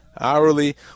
hourly